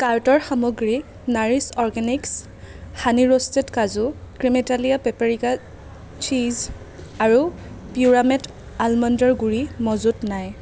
কাৰ্টৰ সামগ্ৰী nourish organics honey roasted kaju ক্ৰিমেইটালিয়া পেপৰিকা চীজ আৰু পিয়ৰামেট আলমণ্ডৰ গুড়ি মজুত নাই